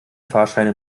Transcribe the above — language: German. fahrscheine